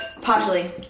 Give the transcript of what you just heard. Partially